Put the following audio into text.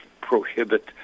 prohibit